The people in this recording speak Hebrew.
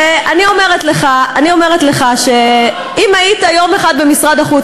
ואני אומרת לך שאם היית יום אחד במשרד החוץ